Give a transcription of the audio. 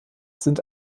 sind